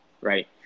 right